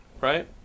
Right